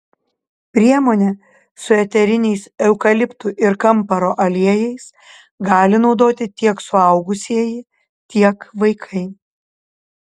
priemonę su eteriniais eukaliptų ir kamparo aliejais gali naudoti tiek suaugusieji tiek vaikai